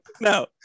No